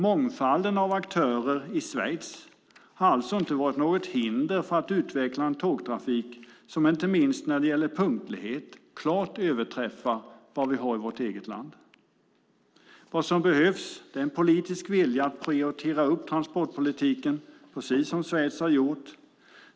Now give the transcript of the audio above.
Mångfalden av aktörer i Schweiz har alltså inte varit något hinder för att utveckla en tågtrafik som inte minst när det gäller punktlighet klart överträffar vårt lands. Vad som behövs är en politisk vilja att prioritera upp transportpolitiken, precis som Schweiz har gjort.